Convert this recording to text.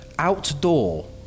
Outdoor